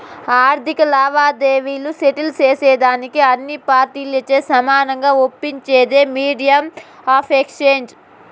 ఆర్థిక లావాదేవీలు సెటిల్ సేసేదానికి అన్ని పార్టీలచే సమానంగా ఒప్పించేదే మీడియం ఆఫ్ ఎక్స్చేంజ్